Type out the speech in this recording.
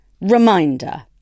Reminder